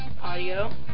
Audio